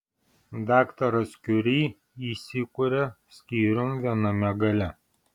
daktaras kiuri įsikuria skyrium viename gale